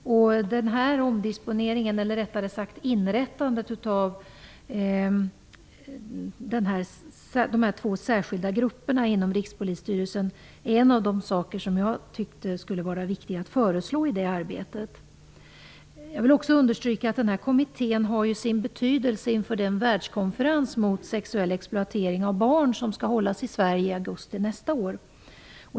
Inrättandet av de två särskilda grupperna inom Rikspolisstyrelsen är en av de saker som jag tyckt att det skulle vara viktigt att föreslå i nämnda arbete. Jag vill också understryka att kommittén har sin betydelse inför den världskonferens mot sexuell exploatering av barn som skall hållas i Sverige i augusti nästa år.